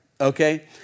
Okay